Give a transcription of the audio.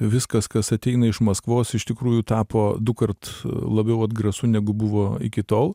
viskas kas ateina iš maskvos iš tikrųjų tapo dukart labiau atgrasu negu buvo iki tol